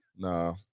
Nah